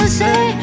say